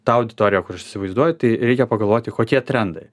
tą auditoriją kur aš įsivaizduoju tai reikia pagalvoti kokie trendai